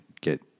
get